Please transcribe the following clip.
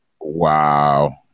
Wow